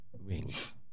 wings